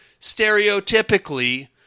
stereotypically